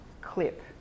clip